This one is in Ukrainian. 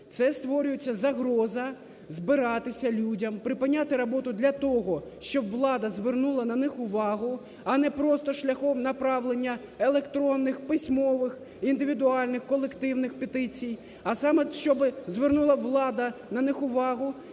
це створюється загроза збиратися людям, припиняти роботу для того, щоб влада звернула на них увагу, а не просто шляхом направлення електронних, письмових, індивідуальних, колективних петицій, а саме щоби звернула влада на них увагу